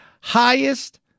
highest